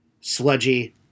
sludgy